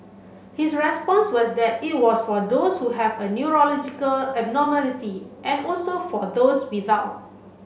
his response was that it was for those who have a neurological abnormality and also for those without